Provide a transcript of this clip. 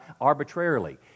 arbitrarily